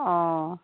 অঁ